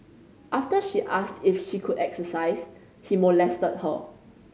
after she asked if she could exercise he molested her